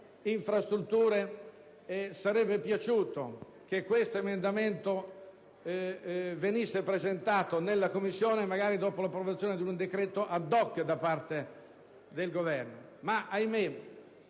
sarebbe piaciuto che questo emendamento venisse presentato in Commissione, magari dopo l'approvazione di un decreto *ad hoc* da parte del Governo,